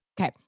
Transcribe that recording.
Okay